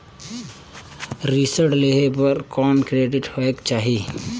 ऋण लेहे बर कौन क्रेडिट होयक चाही?